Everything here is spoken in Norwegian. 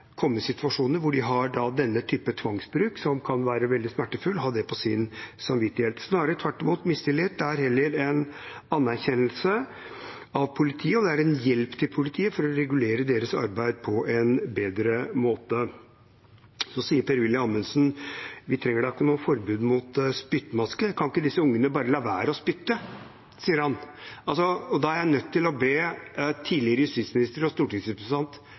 komme i situasjoner hvor de har denne typen tvangsbruk, som kan være svært smertefull, og har dette på sin samvittighet. Mistillit – snarere tvert imot, det er heller en anerkjennelse av politiet, og det er en hjelp til politiet for å regulere deres arbeid på en bedre måte. Så sier Per-Willy Amundsen at vi ikke trenger noe forbud mot spyttmaske. Kan ikke disse ungene bare la være å spytte, sier han. Da er jeg nødt til å be tidligere justisminister og stortingsrepresentant